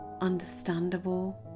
understandable